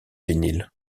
vinyle